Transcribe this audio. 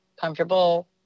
comfortable